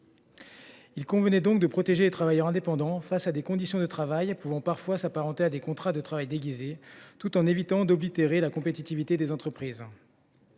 Il convenait donc de protéger les travailleurs indépendants face à des conditions de travail pouvant parfois s’apparenter à des contrats de travail déguisés, tout en évitant d’oblitérer la compétitivité des entreprises.